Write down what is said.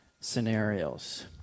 scenarios